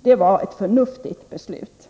Det var ett förnuftigt beslut.